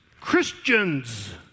Christians